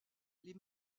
les